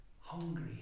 hungry